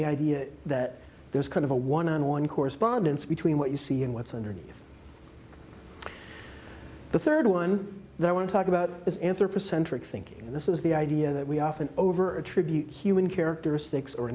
the idea that there's kind of a one on one correspondence between what you see and what's underneath the third one that i want to talk about is anthropocentric thinking and this is the idea that we often over attribute human characteristics or